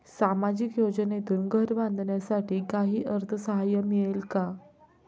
सामाजिक योजनेतून घर बांधण्यासाठी काही अर्थसहाय्य मिळेल का?